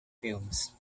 films